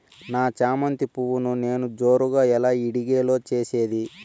నా చామంతి పువ్వును నేను జోరుగా ఎలా ఇడిగే లో చేసేది?